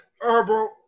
herbal